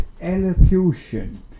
elocution